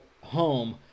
home